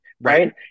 right